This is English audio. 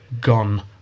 gone